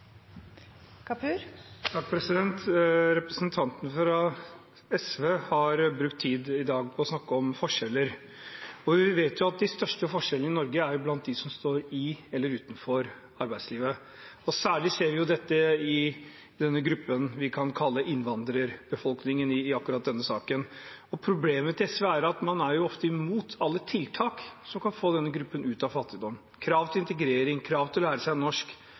Representanten fra SV har brukt tid i dag på å snakke om forskjeller. Vi vet at de største forskjellene i Norge er mellom dem som står innenfor, og dem som står utenfor arbeidslivet. Særlig ser vi dette i denne gruppen vi kan kalle innvandrerbefolkningen. Problemet til SV er at man ofte er imot alle tiltak som kan få denne gruppen ut av fattigdom – krav til integrering, krav om å lære seg norsk